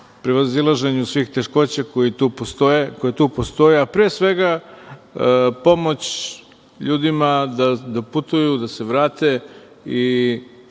prevazilaženju svih teškoća koje tu postoje, a pre svega pomoć ljudima da putuju, da se vrate.